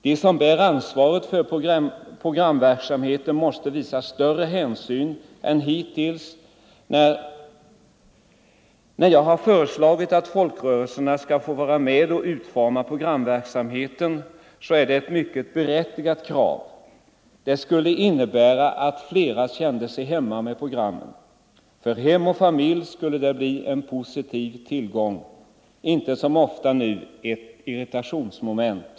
De som bär ansvaret för programverksamheten måste Onsdagen den visa större hänsyn än hittills. När jag har föreslagit att folkrörelserna 20 november 1974 skall få vara med och utforma verksamheten, är det ett mycket berättigat krav. Det skulle innebära att flera kände sig hemma med programmen. <Rundradiooch För hem och familj skulle programmen bli en positiv tillgång, inte som andra massmedieofta nu ett irritationsmoment.